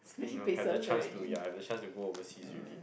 you know have the chance to ya you have the chance to go overseas already